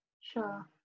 Sure